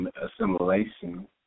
assimilation